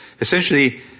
essentially